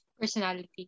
personality